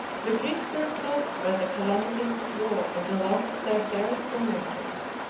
the greeks were exhausted by the calamities of war and loss of their fairest provinces,